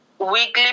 Weekly